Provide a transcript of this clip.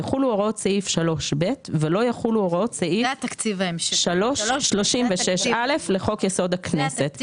יחולו הוראות סעיף 3ב ולא יחולו הוראות סעיף 36א לחוק יסוד: הכנסת.